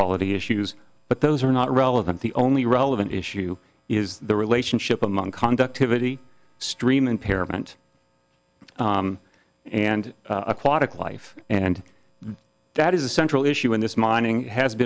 policy issues but those are not relevant the only relevant issue is the relationship among conductivity stream impairment and aquatic life and that is a central issue in this mining has